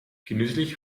genüsslich